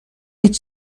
هیچ